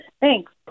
Thanks